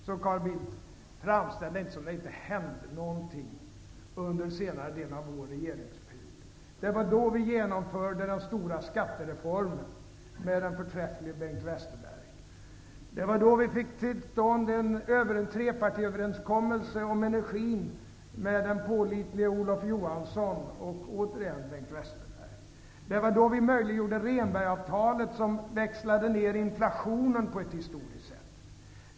Framställ det inte som att det inte hände någonting, Carl Bildt, under den senare delen av vår regeringsperiod. Det var då vi med den förträfflige Bengt Westerberg genomförde den stora skattereformen. Det var då vi fick till stånd en trepartiöverenskommelse om energin med den pålitlige Olof Johansson och återigen Bengt Westerberg. Det var då vi möjliggjorde Rehnbergavtalet som växlade ner inflationen på ett historiskt sätt.